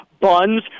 buns